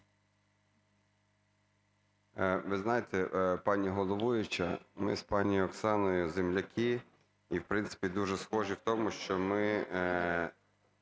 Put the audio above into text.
Ви знаєте, пані головуюча, ми з пані Оксаною земляки, і в принципі дуже схожі в тому, що